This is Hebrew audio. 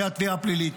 אחרי התביעה הפלילית,